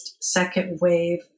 second-wave